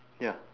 ya